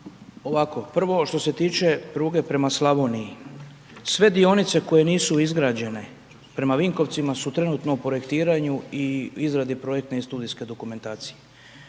Ovako, prvo što se tiče pruge prema Slavoniji. sve dionice koje nisu izgrađene prema Vinkovcima su trenutno u projektiranju i izradu projektne i studijske dokumentacije.